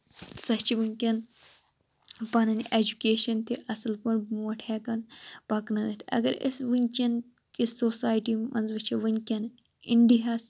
سو چھِ وُنکیٚن پَنٕنۍ ایٚجوکیشَن تہِ اَصٕل پٲٹھۍ بونٹھ ہیٚکان پَکنٲیِتھ اَگَر أسۍ وُنکیٚن کِس سوسایٹی منٛز وُچھو وُنکیٚن اِنڈِیا ہَس